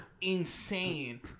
insane